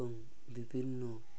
ଏବଂ ବିଭିନ୍ନ